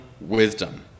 wisdom